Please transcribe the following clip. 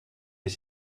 est